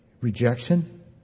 rejection